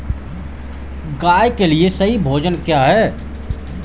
गाय के लिए सही भोजन क्या है?